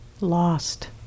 lost